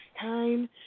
time